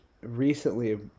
recently